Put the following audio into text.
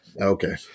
Okay